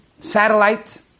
satellite